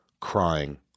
crying